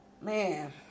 man